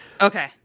Okay